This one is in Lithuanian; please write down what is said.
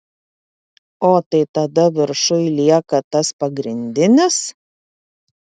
o tai tada viršuj lieka tas pagrindinis